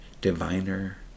diviner